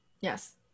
Yes